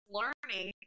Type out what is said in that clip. learning